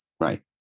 right